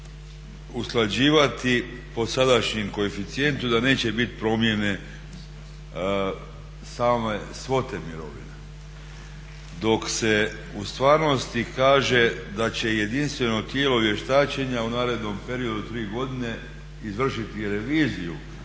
usklađivati po sadašnjem koeficijentu, da neće biti promjene same svote mirovina. Dok se u stvarnosti kaže da će jedinstveno tijelo vještačenja u narednom periodu tri godine izvršiti reviziju